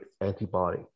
antibody